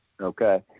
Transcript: Okay